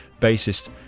bassist